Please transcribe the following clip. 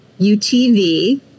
UTV